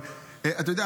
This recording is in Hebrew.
אבל אתה יודע,